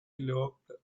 locked